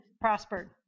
prospered